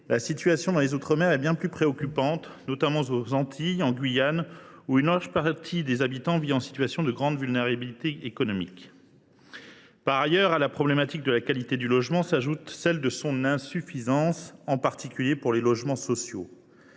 la situation dans les outre mer est bien plus préoccupante, notamment aux Antilles et en Guyane, où une large partie des habitants vit en situation de grande vulnérabilité économique. Par ailleurs, à la problématique de la qualité des logements s’ajoute la question de leur insuffisance, en particulier s’agissant des logements sociaux.